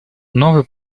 новый